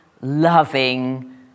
loving